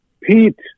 Pete